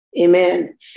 Amen